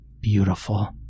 beautiful